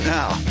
Now